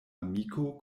amiko